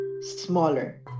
smaller